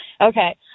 Okay